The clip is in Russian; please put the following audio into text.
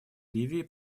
ливии